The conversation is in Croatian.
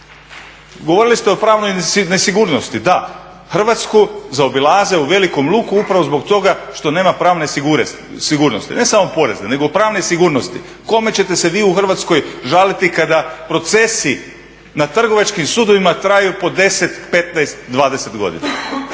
Govorili ste o pravnoj nesigurnosti, da Hrvatsku zaobilaze u velikom luku upravo zbog toga što nema pravne sigurnosti, ne samo porezne, nego pravne sigurnosti. Kome ćete se vi u Hrvatskoj žaliti kada procesi na trgovačkim sudovima traju po 10, 15, 20 godina?